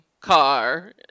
car